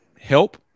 help